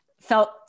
felt